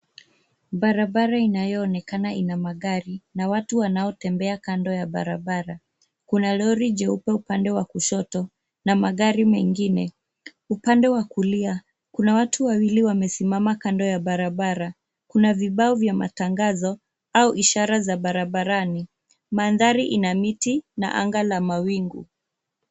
Barabara inayoonekana iko na magari, na watu wanaotembea kando ya barabara. Kuna lori jeupe upande wa kushoto na magari mengine. Upande wa kulia kuna watu wawili wamesimama kando ya barabara, kuna vibao kwa matangazo au ishara za barabarani. Mandhari ina miti na anga la mawingu.